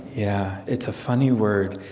yeah. it's a funny word.